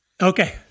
Okay